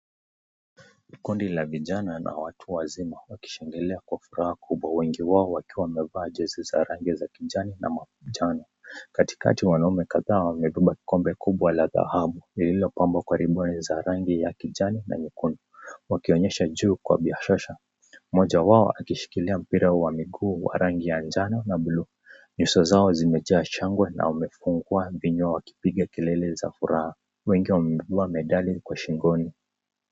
Kundi la vijana na watu wazima, wakishangilia kwa furaha kubwa. Wengi wao wakivaa jezi ya rangi ya kijani ama manjano. Katikati kuna wanaume kadhaa wamebeba kikombe la dahabu lililo pabwa kwa lebo ya kijani na nyekundu , wakiosha juu kwa bashasha, mmoja akishikilia mpira wa miguu wa rangi ya njano na buluu , nyuso zao zimejaa shangwe na wamefungua vinywa zao wakipiga kilele za furaha. Wengi wamebeba medali za shingoni.